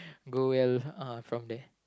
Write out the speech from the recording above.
go well uh from there